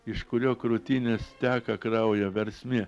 iš kurio krūtinės teka kraujo versmė